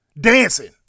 dancing